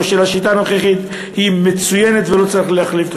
של השיטה הנוכחית היא מצוינת ולא צריך להחליף אותה.